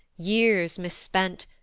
years mispent,